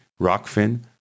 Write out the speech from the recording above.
Rockfin